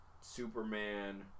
Superman